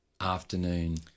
afternoon